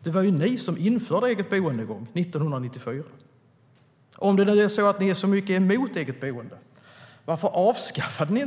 Det var ni som införde eget boende 1994. Om ni är så mycket emot eget boende undrar jag: Varför avskaffade ni det